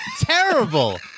terrible